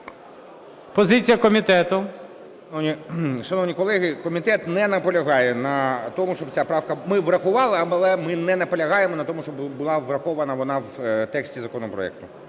ПОТУРАЄВ М.Р. Шановні колеги, комітет не наполягає на тому, щоб ця правка… Ми врахували, але ми не наполягаємо на тому, щоб була врахована вона в тексті законопроекту.